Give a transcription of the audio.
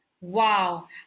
Wow